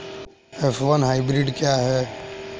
F one hybrid क्या है?